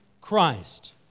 Christ